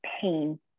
pain